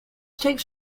takes